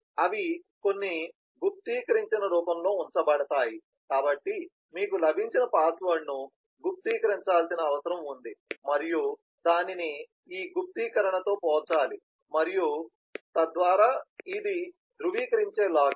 అవి కొన్ని గుప్తీకరించిన రూపంలో ఉంచబడతాయి కాబట్టి మీకు లభించిన పాస్వర్డ్ను గుప్తీకరించాల్సిన అవసరం ఉంది మరియు దానిని ఈ గుప్తీకరణతో పోల్చాలి మరియు మొదలైనవి తద్వారా ఇది ధృవీకరించే లాగిన్